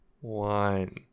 one